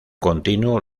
continuo